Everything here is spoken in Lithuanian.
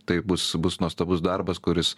taip bus bus nuostabus darbas kuris